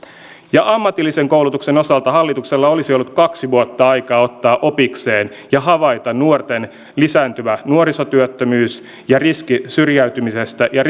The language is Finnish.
ammatillisen koulutuksen osalta hallituksella olisi ollut kaksi vuotta aikaa ottaa opikseen ja havaita nuorten lisääntyvä nuorisotyöttömyys ja riski syrjäytymisestä ja